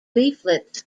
leaflets